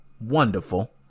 wonderful